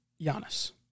Giannis